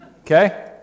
okay